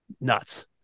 Nuts